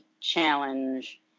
challenge